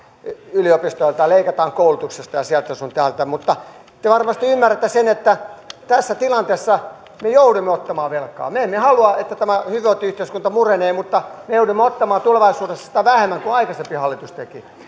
yliopistoilta ja leikataan koulutuksesta ja sieltä sun täältä mutta te varmasti ymmärrätte sen että tässä tilanteessa me joudumme ottamaan velkaa me emme halua että tämä hyvinvointiyhteiskunta murenee mutta me joudumme ottamaan tulevaisuudessa sitä vähemmän kuin aikaisempi hallitus teki